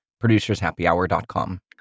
producershappyhour.com